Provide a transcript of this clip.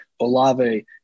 Olave